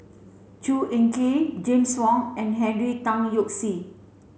Chua Ek Kay James Wong and Henry Tan Yoke See